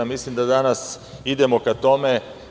Mislim da danas idemo ka tome.